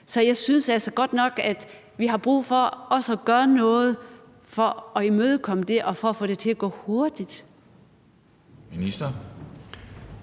og jeg synes altså godt nok, at vi har brug for også at gøre noget for at imødegå det og for at få det til at gå hurtigt